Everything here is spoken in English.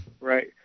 Right